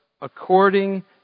according